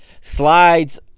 slides